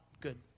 good